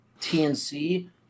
TNC